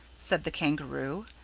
said the kangaroo,